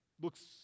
looks